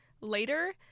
later